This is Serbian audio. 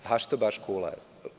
Zašto baš Kula?